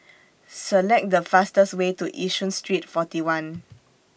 Select The fastest Way to Yishun Street forty one